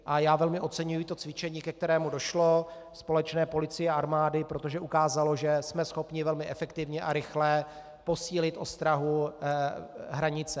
A já velmi oceňuji cvičení, ke kterému došlo, společné, policie a armády, protože ukázalo, že jsme schopni velmi efektivně a rychle posílit ostrahu hranice.